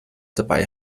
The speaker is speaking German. dabei